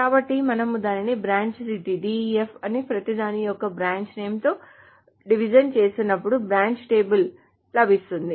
కాబట్టి మనము దానిని బ్రాంచ్ సిటీ DEF ఉన్న ప్రతిదాని యొక్క బ్రాంచ్ నేమ్ తో డివిజన్ చేసినప్పుడు బ్రాంచ్ టేబుల్ లభిస్తుంది